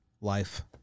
Life